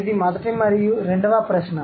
ఇది మొదటి మరియు రెండవ ప్రశ్న